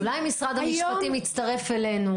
אז אולי משרד המשפטים יצטרף אלינו